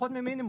פחות ממינימום.